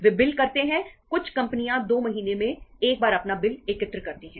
वे bill करते हैं कुछ कंपनियां 2 महीने में एक बार अपना बिल एकत्र करती हैं